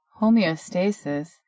Homeostasis